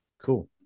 Cool